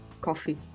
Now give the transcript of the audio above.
Coffee